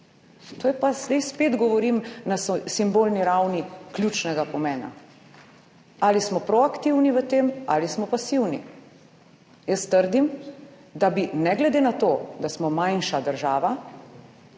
To je pa, zdaj spet govorim na simbolni ravni, ključnega pomena, ali smo proaktivni v tem ali smo pasivni. Jaz trdim, da bi ne glede na to, da smo manjša država,